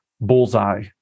bullseye